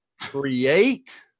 create